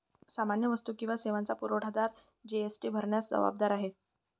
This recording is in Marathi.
सामान्य वस्तू किंवा सेवांचा पुरवठादार जी.एस.टी भरण्यास जबाबदार आहे